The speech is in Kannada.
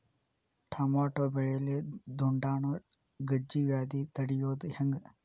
ಟಮಾಟೋ ಬೆಳೆಯಲ್ಲಿ ದುಂಡಾಣು ಗಜ್ಗಿ ವ್ಯಾಧಿ ತಡಿಯೊದ ಹೆಂಗ್?